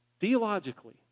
Theologically